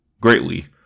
greatly